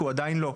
כי הוא עדיין לא,